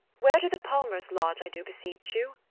where do the palmers lodge, i do beseech you?